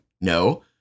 No